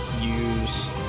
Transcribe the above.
use